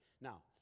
Now